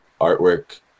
artwork